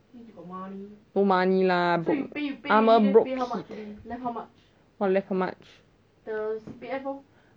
no money lah broke I'm a broke kid [what] left how much